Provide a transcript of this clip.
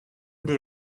they